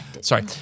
Sorry